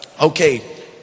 Okay